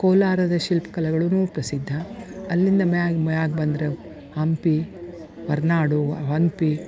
ಕೋಲಾರದ ಶಿಲ್ಪ ಕಲೆಗಳೂನೂ ಪ್ರಸಿದ್ಧ ಅಲ್ಲಿಂದ ಮ್ಯಾಗ ಮ್ಯಾಗ ಬಂದರೆ ಹಂಪಿ ಹೊರನಾಡು ಹಂಪಿ